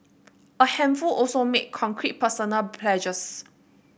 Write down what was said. a handful also made concrete personal pledges